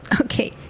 okay